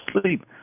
sleep